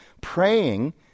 praying